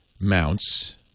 Mounts